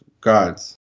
gods